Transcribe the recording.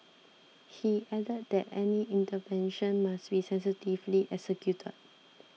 he added that any intervention must be sensitively executed